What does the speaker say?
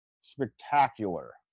spectacular